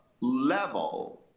level